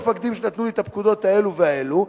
אלה המפקדים שנתנו לי את הפקודות האלה והאלה,